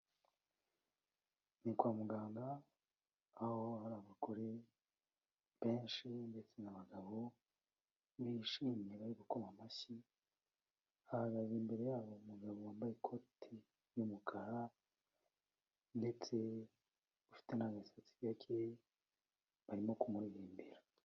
Ni kwa muganga aho hari abagore benshi ndetse n'abagabo, bishimye bari gukoma amashyi, hahagaze imbere yabo umugabo wambaye ikoti ry'umukara ndetse ufite n'agasatsi gake, barimo kumuririmbira.